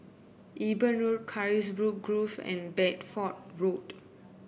Eben Road Carisbrooke Grove and Bedford Road